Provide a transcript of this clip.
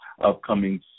upcoming